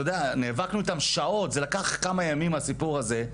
נאבקנו איתם שעות וזה לקח כמה ימים הסיפור הזה,